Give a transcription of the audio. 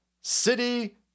City